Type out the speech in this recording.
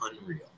unreal